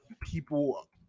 people